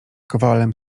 kowalem